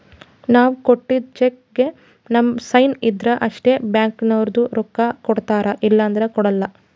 ನಾವ್ ಕೊಟ್ಟಿದ್ದ್ ಚೆಕ್ಕ್ದಾಗ್ ನಮ್ ಸೈನ್ ಇದ್ರ್ ಅಷ್ಟೇ ಬ್ಯಾಂಕ್ದವ್ರು ರೊಕ್ಕಾ ಕೊಡ್ತಾರ ಇಲ್ಲಂದ್ರ ಕೊಡಲ್ಲ